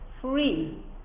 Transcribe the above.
free